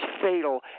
fatal